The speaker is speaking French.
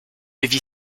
vit